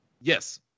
Yes